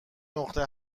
نقطه